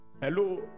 Hello